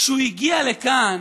כשהוא הגיע לכאן